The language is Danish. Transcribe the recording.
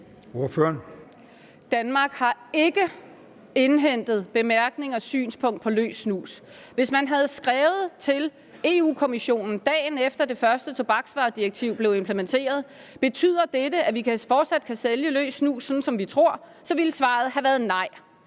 Danmark har ikke indhentet bemærkninger til og synspunkter på løs snus. Hvis man havde skrevet til Europa-Kommissionen, dagen efter at det første tobaksvaredirektiv blev implementeret, og spurgt, om det betød, at vi fortsat kunne sælge løs snus, sådan som vi troede, så ville svaret have været nej.